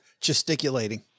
gesticulating